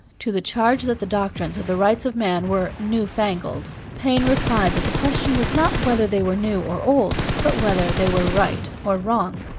to the charge that the doctrines of the rights of man were new fangled, paine replied that the question was not whether they were new or old but whether they were right or wrong.